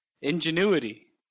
ingenuity